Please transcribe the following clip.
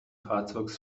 fahrzeugs